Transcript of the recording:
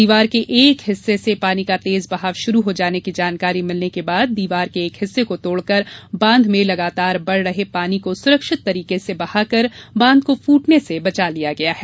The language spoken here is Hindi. दीवार के एक हिस्से से पानी का तेज बहाव शुरू हो जाने की जानकारी मिलने के बाद दीवार के एक हिस्से को तोड़कर बांध में लगातार बढ़ रहे पानी को सुरक्षित तरीके से बहाकर बांध को फूटने से बचा लिया गया है